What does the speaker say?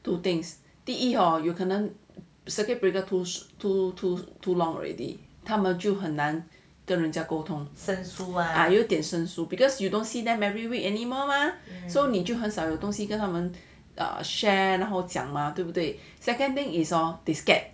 有点生疏